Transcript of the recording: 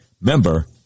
Member